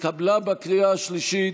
התקבלה בקריאה השלישית,